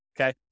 okay